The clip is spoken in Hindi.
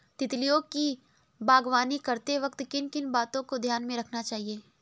तितलियों की बागवानी करते वक्त किन किन बातों को ध्यान में रखना चाहिए?